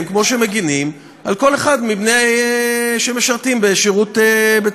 כמו שמגינים על כל אחד מאלה שמשרתים בצה"ל,